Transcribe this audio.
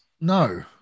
No